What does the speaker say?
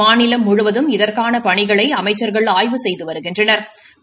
மாநிலம் முழுவதும் இதற்கான பணிகளை அமைச்சா்கள் ஆய்வு செய்து வருகின்றனா்